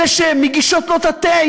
אלה שמגישות לו את התה,